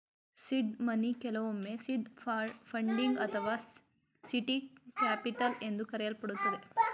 seed money ಕೆಲವೊಮ್ಮೆ seed funding ಅಥವಾ seed capital ಎಂದು ಕರೆಯಲ್ಪಡುತ್ತದೆ